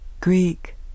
Greek